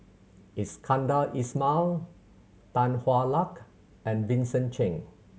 Iskandar Ismail Tan Hwa Luck and Vincent Cheng